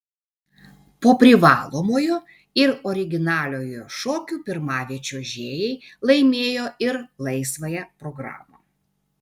po privalomojo ir originaliojo šokių pirmavę čiuožėjai laimėjo ir laisvąją programą